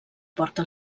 porta